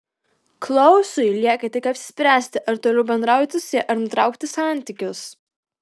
klausui lieka tik apsispręsti ar toliau bendrauti su ja ar nutraukti santykius